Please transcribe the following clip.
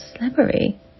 slippery